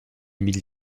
limite